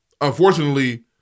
unfortunately